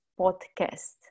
podcast